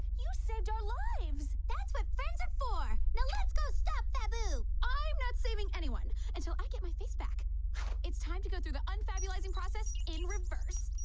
you said your lives. that's what friends are for now let's go stop babu. i'm not saving anyone and so i get my face back it's time to go through the unfabulous in process in reverse